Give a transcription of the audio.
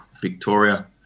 Victoria